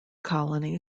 colony